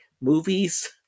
movies